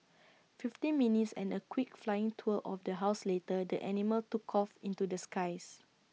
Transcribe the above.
fifteen minutes and A quick flying tour of the house later the animal took off into the skies